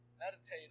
Meditate